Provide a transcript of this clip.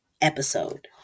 episode